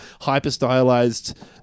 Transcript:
hyper-stylized